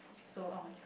so orh